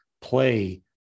play